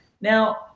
Now